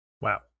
Wow